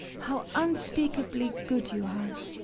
how unspeakably good you are!